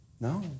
No